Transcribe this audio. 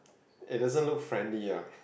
it doesn't look friendly ah